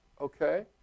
Okay